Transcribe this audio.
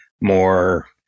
more